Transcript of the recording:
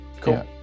Cool